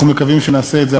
אנחנו מקווים שנעשה את זה,